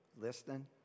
Listening